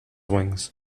wings